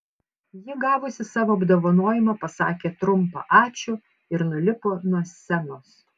ji gavusi savo apdovanojimą pasakė trumpą ačiū ir nulipo nuo scenos